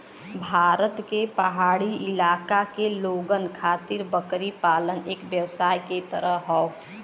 भारत के पहाड़ी इलाका के लोगन खातिर बकरी पालन एक व्यवसाय के तरह हौ